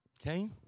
okay